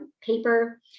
paper